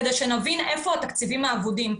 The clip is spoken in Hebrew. כדי שנבין איפה התקציבים האבודים.